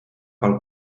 pel